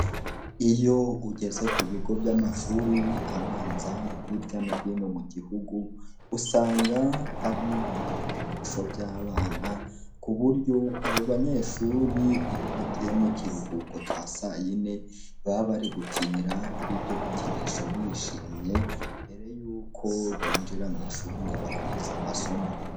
Iyo ugeze ku bigo by'amashuri abanza hirya no hino mu gihugu usanga hari ibikinisho by'abana ku buryo abo banyeshuri iyo bagiye mu kiruhuko cya saa yine baba bari gukinira kw'ibyo bikinisho bishimye mbere yuko binjira mu ishuri ngo bakomeze amasomo.